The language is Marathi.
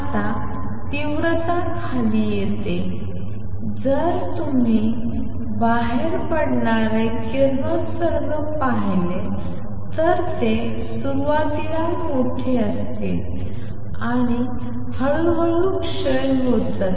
आता तीव्रता खाली येते जर तुम्ही बाहेर पडणारे किरणोत्सर्ग पाहिले तर ते सुरुवातीला मोठे असेल आणि हळूहळू क्षय होईल